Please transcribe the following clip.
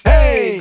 Hey